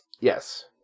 Yes